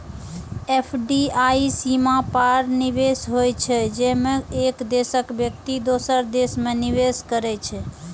FDI सीमा पार निवेश होइ छै, जेमे एक देशक व्यक्ति दोसर देश मे निवेश करै छै